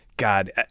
god